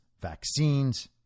vaccines